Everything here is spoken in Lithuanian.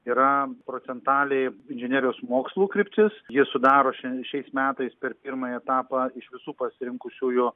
yra procentaliai inžinerijos mokslų kryptis ji sudaro ši šiais metais per pirmąjį etapą iš visų pasirinkusiųjų